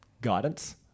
guidance